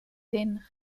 den